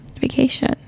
vacation